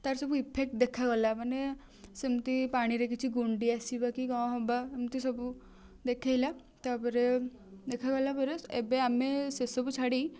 ତାର ସବୁ ଇଫେକ୍ଟ ଦେଖାଗଲା ମାନେ ସେମିତି ପାଣିରେ କିଛି ଗୁଣ୍ଡି ଆସିବା କି କ'ଣ ହବା ଏମତି ସବୁ ଦେଖାଇଲା ତାପରେ ଦେଖାଗଲା ପରେ ଏବେ ଆମେ ସେ ସବୁ ଛାଡ଼ି